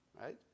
right